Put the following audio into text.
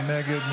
מי נגד?